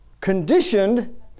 Conditioned